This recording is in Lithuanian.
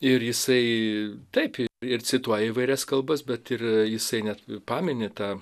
ir jisai taip ir cituoja įvairias kalbas bet ir jisai net pamini tą